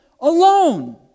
alone